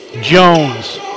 Jones